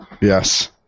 Yes